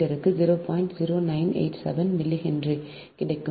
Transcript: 0987 millihenry கிடைக்கும்